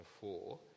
four